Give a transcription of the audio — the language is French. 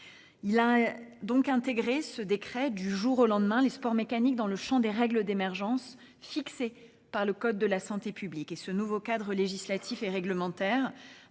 Il a donc intégré ce décret du jour au lendemain les sports mécaniques dans le champ des règles d'émergence fixées par le code de la santé publique et ce nouveau cadre législatif et réglementaire